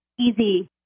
easy